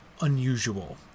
unusual